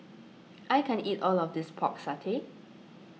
I can't eat all of this Pork Satay